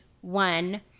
one